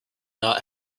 not